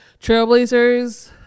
Trailblazers